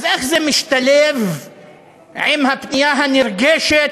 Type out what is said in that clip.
אז איך זה משתלב עם הפנייה הנרגשת,